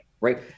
right